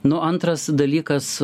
nu antras dalykas